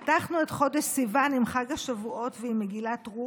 פתחנו את חודש סיוון עם חג השבועות ועם מגילת רות,